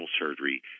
surgery